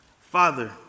Father